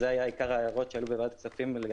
זה היה עיקר ההערות שעלו בוועדת הכספים.